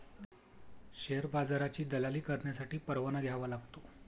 share बाजाराची दलाली करण्यासाठी परवाना घ्यावा लागतो